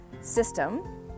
system